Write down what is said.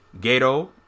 Gato